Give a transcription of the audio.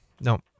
no